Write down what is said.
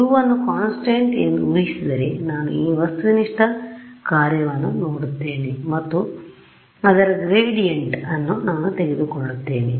U ವನ್ನು constant ಸ್ಥಿರ ಎಂದು ಊಹಿಸಿದರೆ ನಾನು ಈ ವಸ್ತುನಿಷ್ಠ ಕಾರ್ಯವನ್ನು ನೋಡುತ್ತೇನೆ ಮತ್ತು ಅದರ ಗ್ರೇಡಿಯಂಟ್ ಅನ್ನು ನಾನು ತೆಗೆದುಕೊಳ್ಳುತ್ತೇನೆ